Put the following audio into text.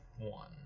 one